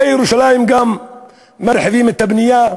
בירושלים גם מרחיבים את הבנייה,